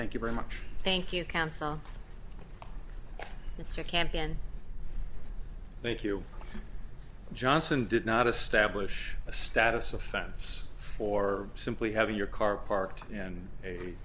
thank you very much thank you council it's a camp and thank you johnson did not establish a status offense for simply having your car parked in a